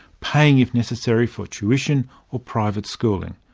paying if necessary for tuition or private schooling.